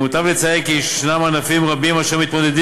למותר לציין כי יש ענפים רבים אשר מתמודדים